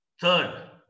Third